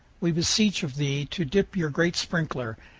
we beseech of thee to dip your great sprinkler,